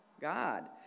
God